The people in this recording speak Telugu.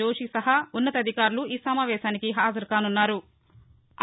జోషీ సహా ఉన్నతాధికారులు ఈ సమావేశానికి హాజరు కానున్నారు